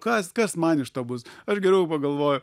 kas kas man iš to bus aš geriau pagalvoju